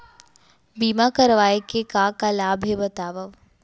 बीमा करवाय के का का लाभ हे बतावव?